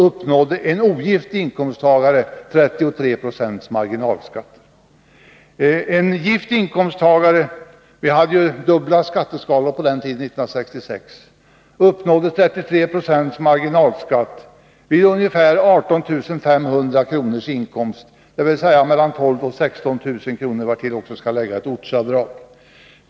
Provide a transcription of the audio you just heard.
uppnådde en ogift inkomsttagare 33 76 marginalskatt. En gift inkomsttagare — vi hade dubbla skatteskalor 1966 — uppnådde 33 96 marginalskatt vid en inkomst på ungefär 18 500 kr., dvs. på mellan 12 000 och 16 000 kr., vartill skall läggas ortsavdrag.